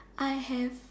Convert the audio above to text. I have